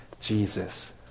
Jesus